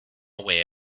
away